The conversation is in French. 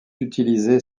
utilisé